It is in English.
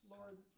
Lord